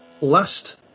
last